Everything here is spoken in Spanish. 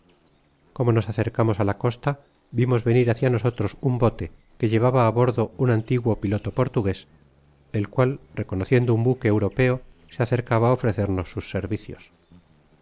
como nos acercamos á la costa vimos venir hácia nosotros un bote que levaba á bordo un antiguo piloto portugués el cual reconociendo un buque europeo se acercaba á ofrecernos sus servicios